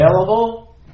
available